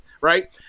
right